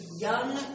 young